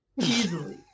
Easily